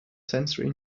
sensory